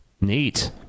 neat